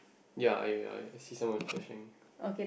ya I I see someone fishing